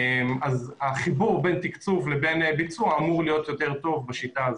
בשיטה הזאת החיבור בין תקצוב לבין ביצוע אמור להיות יותר טוב.